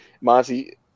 Monty